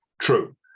true